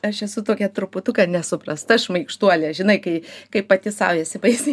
aš esu tokia truputuką nesuprasta šmaikštuolė žinai kai kai pati sau esi baisiai